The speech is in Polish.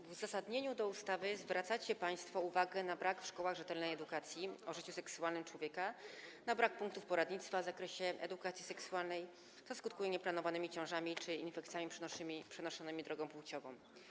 W uzasadnieniu do ustawy zwracacie państwo uwagę na brak w szkołach rzetelnej edukacji o życiu seksualnym człowieka, na brak punktów poradnictwa w zakresie edukacji seksualnej, co skutkuje nieplanowanymi ciążami czy infekcjami przenoszonymi drogą płciową.